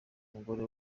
mugore